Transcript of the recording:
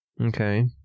Okay